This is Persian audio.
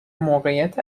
موقعیت